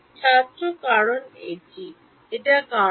ছাত্র কারণ এটি এটা কারণ